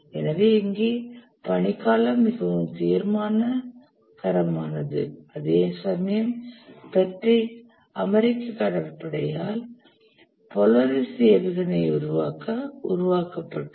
எனவே இங்கே பணி காலம் மிகவும் தீர்மானகரமானது அதேசமயம் PERT ஐ அமெரிக்க கடற்படையால் போலாரிஸ் ஏவுகணையை உருவாக்க உருவாக்கப்பட்டது